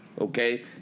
okay